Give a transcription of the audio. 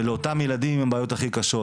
ובמיוחד לילדים עם הבעיות הכי קשות.